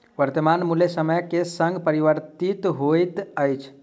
वर्त्तमान मूल्य समय के संग परिवर्तित होइत अछि